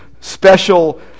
special